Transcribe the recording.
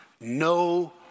no